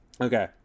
Okay